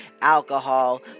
alcohol